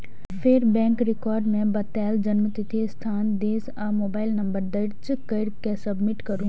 फेर bank record मे बतायल जन्मतिथि, स्थान, देश आ मोबाइल नंबर दर्ज कैर के सबमिट करू